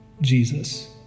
Jesus